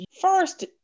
first